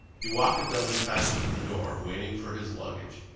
he walked a dozen times to the door, waiting for his luggage,